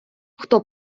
хто